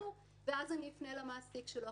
ואז אני אפנה למעסיק שלו.